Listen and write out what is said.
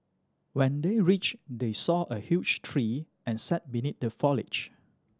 when they reached they saw a huge tree and sat beneath the foliage